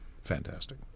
fantastic